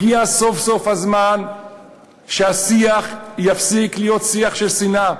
הגיע סוף-סוף הזמן שהשיח יפסיק להיות שיח של שנאה.